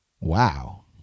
Wow